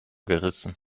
gerissen